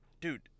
Dude